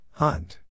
Hunt